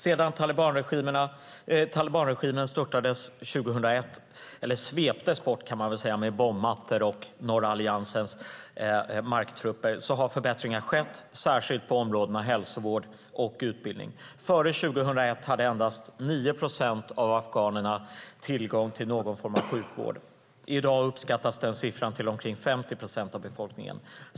Sedan talibanregimen störtades 2001 - eller sveptes bort, kan man väl säga, med bombmattor och Norra alliansens marktrupper - har förbättringar skett, särskilt på områdena hälsovård och utbildning. Före 2001 hade endast 9 procent av afghanerna tillgång till någon form av sjukvård. I dag uppskattas den siffran till omkring 50 procent av befolkningen.